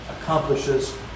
accomplishes